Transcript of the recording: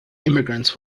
immigrants